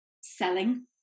selling